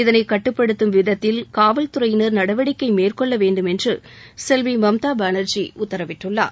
இதளைக்கட்டுப்படுத்தும் விதத்தில் காவல்துறையினர் நடவடிக்கை மேற்கொள்ள வேண்டும் என்று செல்வி மம்தா பானர்ஜி உத்தரவிட்டுள்ளார்